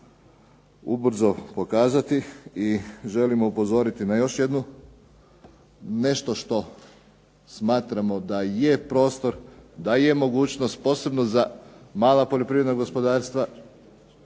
ubrzo pokazati. I želimo upozoriti na još jednu nešto što smatramo da je prostor, da je mogućnost posebno za mala poljoprivredna gospodarstva,